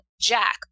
jack